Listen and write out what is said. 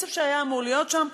כסף שהיה אמור להיות שם,